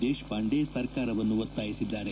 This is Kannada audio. ದೇಶಪಾಂಡೆ ಸರ್ಕಾರವನ್ನು ಒತ್ತಾಯಿಸಿದ್ದಾರೆ